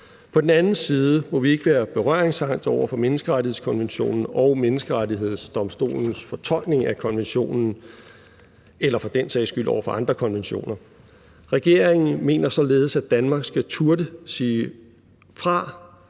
På den anden side må vi ikke være berøringsangste over for menneskerettighedskonventionen og Menneskerettighedsdomstolens fortolkning af konventionen – eller for den sags skyld over for andre konventioner. Regeringen mener således, at Danmark skal turde sige fra,